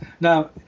Now